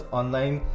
online